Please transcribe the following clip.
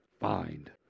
find